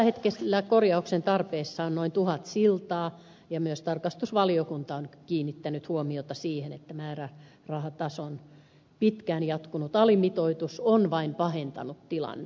tällä hetkellä korjauksen tarpeessa on noin tuhat siltaa ja myös tarkastusvaliokunta on kiinnittänyt huomiota siihen että määrärahatason pitkään jatkunut alimitoitus on vain pahentanut tilannetta